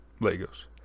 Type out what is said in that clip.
legos